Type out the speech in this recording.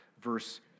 verse